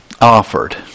offered